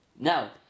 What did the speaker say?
now